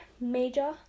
major